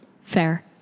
fair